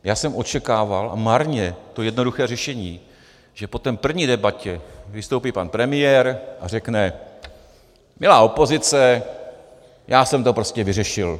Já jsem očekával, a marně, to jednoduché řešení, že po té první debatě vystoupí pan premiér a řekne: Milá opozice, já jsem to prostě vyřešil.